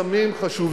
אתה מאבד מסים.